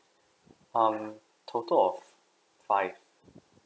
um total of five